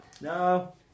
No